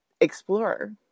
explore